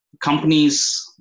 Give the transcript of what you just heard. companies